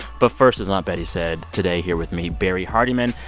but first, as aunt betty said, today, here with me, barrie hardymon,